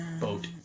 Boat